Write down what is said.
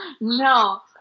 No